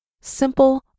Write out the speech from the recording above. simple